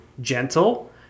gentle